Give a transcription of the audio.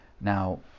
Now